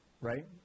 right